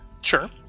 Sure